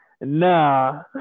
Nah